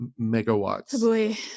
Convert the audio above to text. megawatts